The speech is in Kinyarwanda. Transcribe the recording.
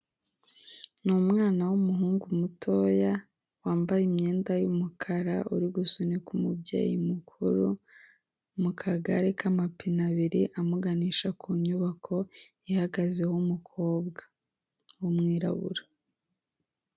N'umwana w'umuhungu mutoya wambaye imyenda y'umukara uri gusunika umubyeyi mukuru mu kagare k'amapine abiri amuganisha ku nyubako ihagazeho umukobwa w'umwirabura